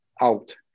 out